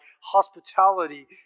hospitality